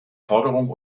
forderung